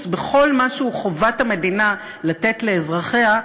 בכל מה שהוא חובת המדינה לתת לאזרחיה,